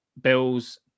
Bills